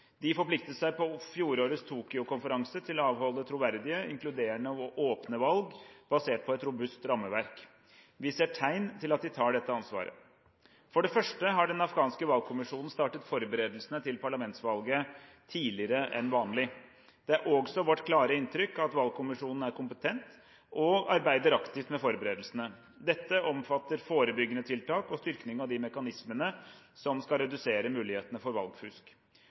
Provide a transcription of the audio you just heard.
De forpliktet seg på fjorårets Tokyo-konferanse til å avholde troverdige, inkluderende og åpne valg basert på et robust rammeverk. Vi ser tegn til at de tar dette ansvaret. For det første har den afghanske valgkommisjonen startet forberedelsene til presidentvalget tidligere enn vanlig. Det er også vårt klare inntrykk at valgkommisjonen er kompetent og arbeider aktivt med forberedelsene. Dette omfatter forebyggende tiltak og styrking av de mekanismene som skal redusere muligheten for valgfusk.